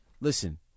Listen